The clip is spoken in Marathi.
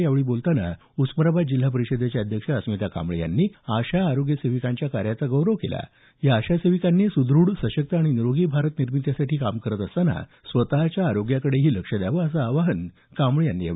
यावेळी बोलतांना उस्मानाबाद जिल्हा परिषदेच्या अध्यक्ष अस्मिता कांबळे यांनी आशा आरोग्य सेविकांच्या कार्याचा गौरव केला या आशा सेविकांनी सुदृढ सशक्त आणि निरोगी भारत निर्मितीसाठी काम करत असतांनाच स्वतःच्या आरोग्याकडेही लक्ष द्यावं असं आवाहन कांबळे यांनी केलं